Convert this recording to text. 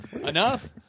Enough